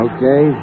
Okay